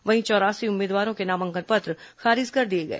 वहीं चौरासी उम्मीदवारों के नामांकन पत्र खारिज कर दिए गए